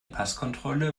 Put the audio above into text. passkontrolle